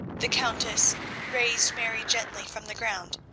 the countess raised mary gently from the ground,